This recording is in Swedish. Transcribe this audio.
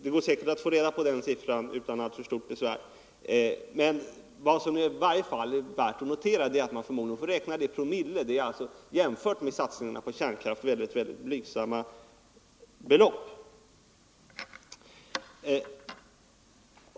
Det går säkert att få reda på den siffran utan alltför stort besvär. Vad som i varje fall är värt att notera är att siffran förmodligen får anges i promille. Jämfört med satsningen på kärnkraft är det alltså en väldigt blygsam andel.